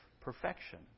perfection